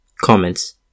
Comments